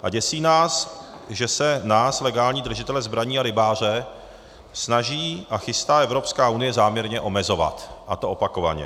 A děsí nás, že se nás, legální držitele zbraní a rybáře, snaží a chystá Evropská unie záměrně omezovat, a to opakovaně.